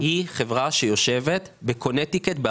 יושבת בקונטיקט.